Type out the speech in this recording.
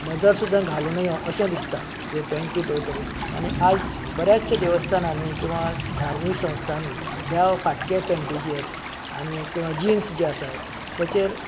नदर सुद्दां घालूं नयें अशें दिसतात ह्यो पेंटी पळयतगीर आनी आयज बऱ्यांचश्या देवस्थानांनी किंवा धार्मीक संस्थानी ह्या फाटक्या पेंटीचेर आमी किंवा जिन्स जी आसात त्याचेर